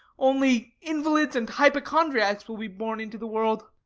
only invalids and hypochondriacs will be born into the world.